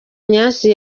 ignace